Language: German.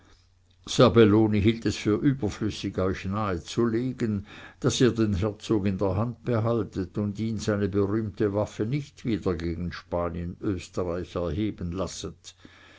hielt es für überflüssig euch nahezulegen daß ihr den herzog in der hand behaltet und ihn seine berühmte wade nicht wieder gegen spanien österreich erheben lasset